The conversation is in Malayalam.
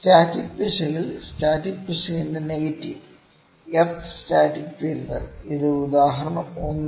സ്റ്റാറ്റിക് പിശകിൽ സ്റ്റാറ്റിക് പിശകിന്റെ നെഗറ്റീവ് f സ്റ്റാറ്റിക് തിരുത്തൽ ഇത് ഉദാഹരണം 1